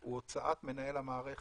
זה הוצאת מנהל המערכת,